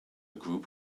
group